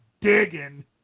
digging